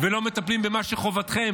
ולא מטפלים במה שחובתכם.